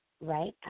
right